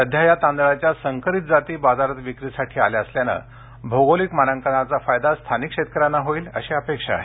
सध्या या तांदळाच्या संकरित जाती बाजारात विक्रीसाठी आल्या असल्यानं भौगोलिक मानांकनाचा फायदा स्थानिक शेतकऱ्यांना होईल अशी अपेक्षा आहे